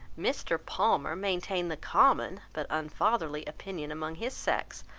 mr. palmer maintained the common, but unfatherly opinion among his sex,